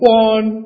one